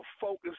focus